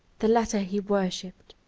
the latter he worshipped.